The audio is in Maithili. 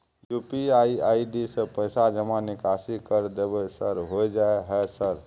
यु.पी.आई आई.डी से पैसा जमा निकासी कर देबै सर होय जाय है सर?